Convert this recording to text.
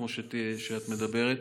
כמו שאת אומרת.